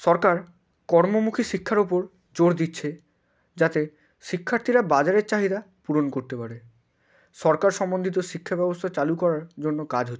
সরকার কর্মমুখী শিক্ষার উপর জোর দিচ্ছে যাতে শিক্ষার্থীরা বাজারের চাহিদা পূরণ করতে পারে সরকার সম্বন্ধিত শিক্ষা ব্যবস্থা চালু করার জন্য কাজ হচ্ছে